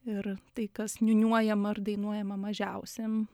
ir tai kas niūniuojama ar dainuojama mažiausiem